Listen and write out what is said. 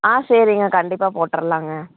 ஆ சரிங்க கண்டிப்பாக போட்டுறலாங்க